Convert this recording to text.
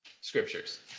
scriptures